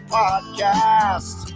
podcast